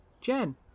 Jen